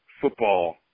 football